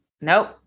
nope